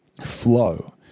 flow